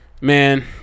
Man